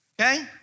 Okay